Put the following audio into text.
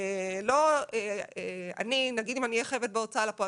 אם אני אהיה בהוצאה לפועל,